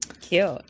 cute